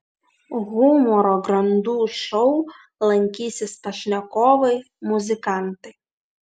humoro grandų šou lankysis pašnekovai muzikantai